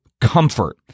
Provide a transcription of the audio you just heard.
comfort